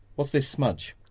what's this smudge?